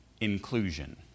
inclusion